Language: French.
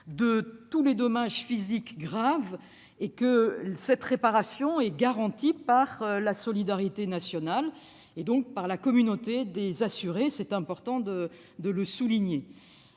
de tous les dommages physiques graves et que cette réparation est garantie par la solidarité nationale, c'est-à-dire par la communauté des assurés. Il est important de le souligner.